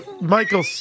Michael